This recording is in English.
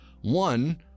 One